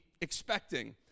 expecting